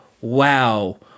wow